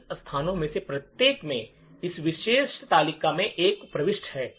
इन स्थानों में से प्रत्येक में इस विशेष तालिका में एक प्रविष्टि है